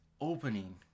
opening